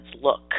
look